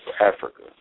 Africa